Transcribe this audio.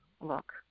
look